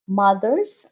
mothers